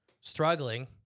struggling